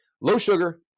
low-sugar